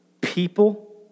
people